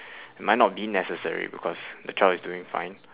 might not be necessary because the child is doing fine